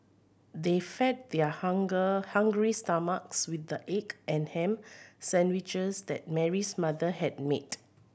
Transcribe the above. they fed their hunger hungry stomachs with the egg and ham sandwiches that Mary's mother had made